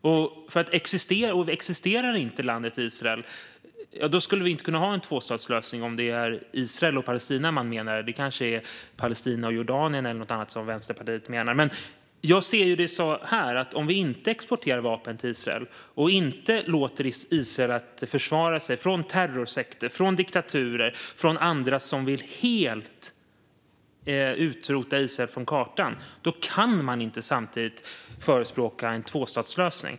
Om landet Israel inte existerar kan man inte ha en tvåstatslösning om det är Israel och Palestina man menar - men det kanske är Palestina och Jordanien eller något annat som Vänsterpartiet menar. Om vi inte exporterar vapen till Israel och inte låter Israel försvara sig mot terrorsekter, diktaturer och andra som vill utplåna landet helt och hållet från kartan kan vi inte samtidigt förespråka en tvåstatslösning.